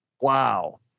Wow